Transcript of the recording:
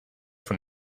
von